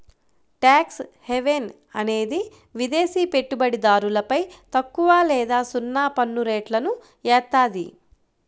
tax haven అనేది విదేశి పెట్టుబడిదారులపై తక్కువ లేదా సున్నా పన్నురేట్లను ఏత్తాది